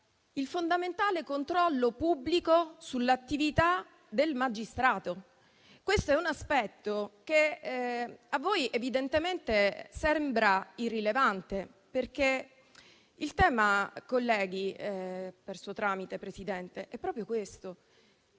il fondamentale controllo pubblico sull'attività del magistrato. Questo è un aspetto che a voi evidentemente sembra irrilevante - e mi rivolgo ai colleghi per suo tramite, signor Presidente